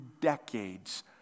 decades